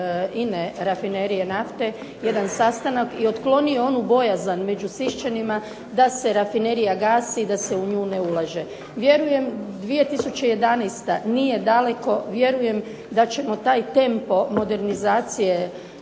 Rafinerije nafte jedan sastanak i otklonio onu bojazan među Sišćanima da se rafinerija gasi i da se u nju ne ulaže. Vjerujem 2011. nije daleko, vjerujem da ćemo taj tempo modernizacije